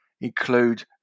include